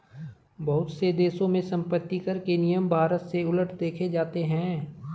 बहुत से देशों में सम्पत्तिकर के नियम भारत से उलट देखे जाते हैं